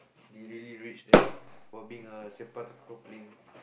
they really reach there for being a Sepak-Takraw player